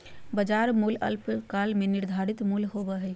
बाजार मूल्य अल्पकाल में निर्धारित मूल्य होबो हइ